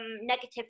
negative